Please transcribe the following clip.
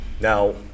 now